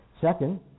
Second